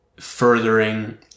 furthering